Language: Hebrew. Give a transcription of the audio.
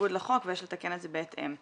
בניגוד לחוק ויש לתקן את זה בהתאם.